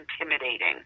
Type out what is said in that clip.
intimidating